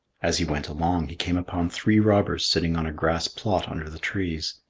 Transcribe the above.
as he went along, he came upon three robbers sitting on a grass plot under the trees.